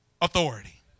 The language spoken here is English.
authority